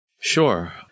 Sure